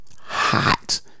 hot